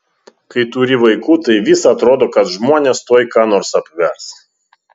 kai turi vaikų tai vis atrodo kad žmonės tuoj ką nors apvers